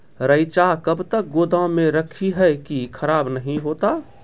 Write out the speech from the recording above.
रईचा कब तक गोदाम मे रखी है की खराब नहीं होता?